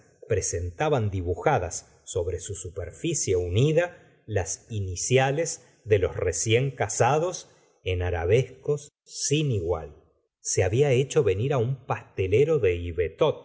presentaban dibujadas sobre su superficie unida las iniciales de los recién casados en arabescos sin igual se había hecho venir á un pastelero de ivetot